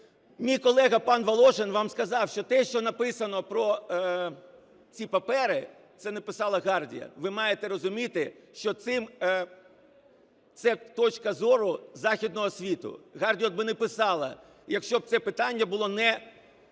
Мій колега пан Волошин вам сказав, що те, що написано про ці папери, це написала Guardian. Ви маєте розуміти, що це точка зору західного світу. Guardian би не писала, якщо б це питання було не,